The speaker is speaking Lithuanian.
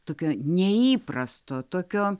tokio neįprasto tokio